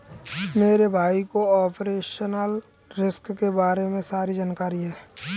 मेरे भाई को ऑपरेशनल रिस्क के बारे में सारी जानकारी है